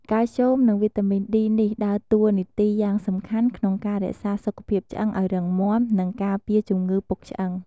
កាល់ស្យូម និង វីតាមីន D នេះដើរតួនាទីយ៉ាងសំខាន់ក្នុងការរក្សាសុខភាពឆ្អឹងឱ្យរឹងមាំ និងការពារជំងឺពុកឆ្អឹង។